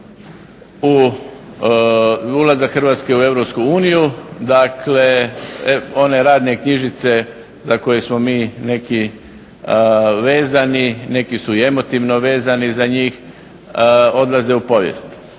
ulazak Hrvatske u Europsku uniju, dakle one radne knjižice za koje smo mi neki vezani, neki su i emotivno vezani za njih, odlaze u povijest.